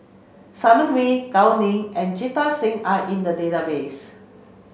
Simon Wee Gao Ning and Jita Singh are in the database